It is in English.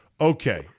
Okay